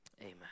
amen